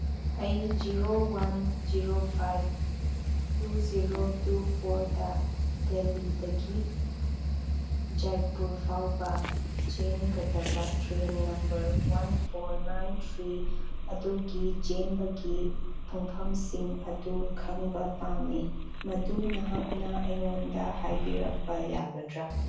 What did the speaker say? ꯑꯩ zero one zero five two zero two ꯐꯣꯔꯗ ꯗꯦꯜꯂꯤꯗꯒꯤ ꯖꯥꯏꯄꯨꯔ ꯐꯥꯎꯕ ꯆꯦꯟꯒꯗꯕ train number one four nine three ꯑꯗꯨꯒꯤ ꯆꯦꯟꯕꯒꯤ ꯄꯨꯡꯐꯝꯁꯤꯡ ꯑꯗꯨ ꯈꯪꯕ ꯄꯥꯝꯃꯤ ꯃꯗꯨ ꯅꯍꯥꯛꯅ ꯑꯩꯉꯣꯟꯗ ꯍꯥꯏꯕꯤꯔꯛꯄ ꯌꯥꯒꯗ꯭ꯔꯥ